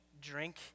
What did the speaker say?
drink